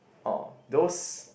orh those